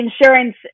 insurance